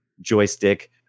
joystick